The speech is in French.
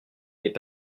n’est